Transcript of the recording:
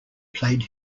played